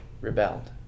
rebelled